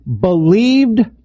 believed